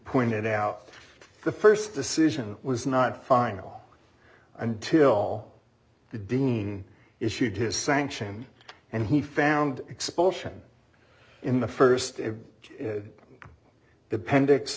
pointed out the first decision was not final until the dean issued his sanction and he found expulsion in the first dependents